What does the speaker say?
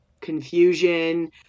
confusion